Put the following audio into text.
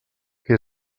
que